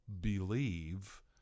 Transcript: believe